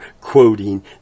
quoting